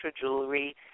jewelry